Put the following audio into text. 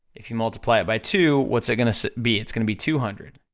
if you multiply it by two, what's it gonna be? it's gonna be two hundred.